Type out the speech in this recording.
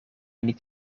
niet